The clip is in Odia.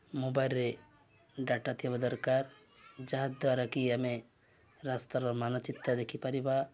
ମୋବାଇଲ୍ରେ ଡାଟା ଥିବା ଦରକାର ଯାହା ଦ୍ୱାରାକିି ଆମେ ରାସ୍ତାର ମାନଚିତ୍ର ଦେଖିପାରିବା